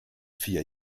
vier